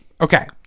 okay